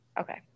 Okay